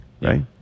right